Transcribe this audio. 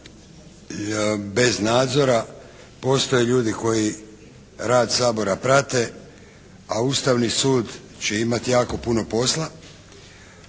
bez nadzora. Postoje ljudi koji rad Sabora prate, a Ustavni sud će imati jako puno posla.